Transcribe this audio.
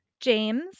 James